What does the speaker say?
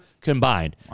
combined